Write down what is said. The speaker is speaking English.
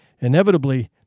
inevitably